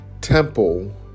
temple